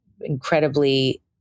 incredibly